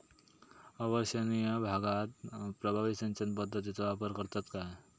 अवर्षणिय भागात प्रभावी सिंचन पद्धतीचो वापर करतत काय?